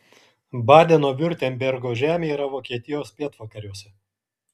badeno viurtembergo žemė yra vokietijos pietvakariuose